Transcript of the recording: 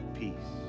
peace